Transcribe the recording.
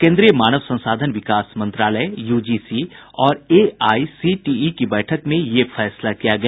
केन्द्रीय मानव संसाधन विकास मंत्रालय यूजीसी और एआईसीटीई की बैठक में यह फैसला किया गया